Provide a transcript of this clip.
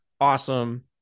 awesome